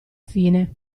fine